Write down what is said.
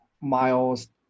miles